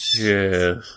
Yes